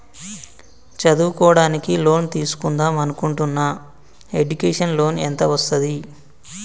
చదువుకోవడానికి లోన్ తీస్కుందాం అనుకుంటున్నా ఎడ్యుకేషన్ లోన్ ఎంత వస్తది?